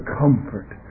comfort